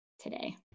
today